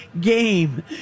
game